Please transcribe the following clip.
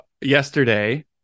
yesterday